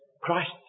Christ